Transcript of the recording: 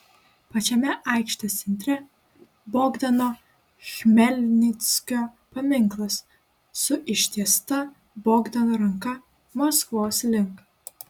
pačiame aikštės centre bogdano chmelnickio paminklas su ištiesta bogdano ranka maskvos link